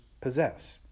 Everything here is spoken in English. possess